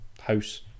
house